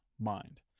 mind